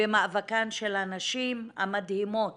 במאבקן של הנשים המדהימות